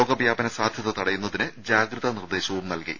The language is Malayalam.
രോഗവ്യാപന സാധ്യത തടയുന്നതിന് ജാഗ്രതാ നിർദ്ദേശം നൽകി